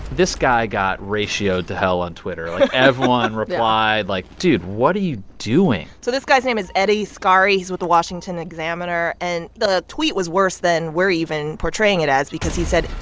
this guy got ratio-ed to hell on twitter like, everyone replied, like, dude, what are you doing? so this guy's name is eddie scarry. he's with the washington examiner. and the tweet was worse than we're even portraying it as because he said,